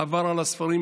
עבר על הספרים,